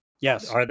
Yes